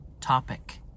topic